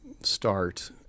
start